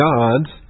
God's